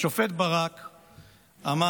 השופט ברק אמר,